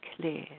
clear